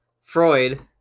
Freud